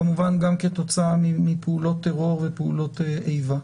כמובן גם כתוצאה מפעולות טרור ופעולות איבה.